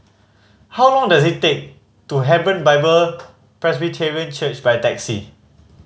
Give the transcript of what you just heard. how long does it take to Hebron Bible Presbyterian Church by taxi